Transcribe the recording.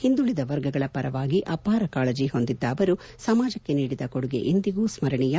ಹಿಂದುಳದ ವರ್ಗಗಳ ಪರವಾಗಿ ಅಪಾರ ಕಾಳಜ ಹೊಂದಿದ್ದ ಅವರು ಸಮಾಜಕ್ಕೆ ನೀಡಿದ ಕೊಡುಗೆ ಇಂದಿಗೂ ಸ್ಥರಣೀಯ